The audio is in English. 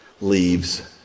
leaves